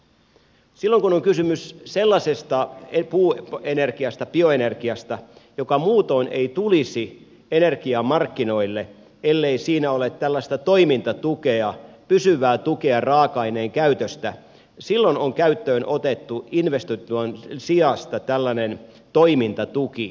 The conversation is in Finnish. kun on kysymys sellaisesta puuenergiasta bioenergiasta joka muutoin ei tulisi energiamarkkinoille ellei siinä ole tällaista toimintatukea pysyvää tukea raaka aineen käytöstä silloin on käyttöön otettu investointituen sijasta tällainen toimintatuki